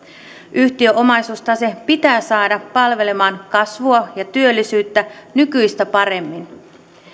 yhtiöomaisuustase pitää saada palvelemaan kasvua ja työllisyyttä nykyistä paremmin